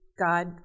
God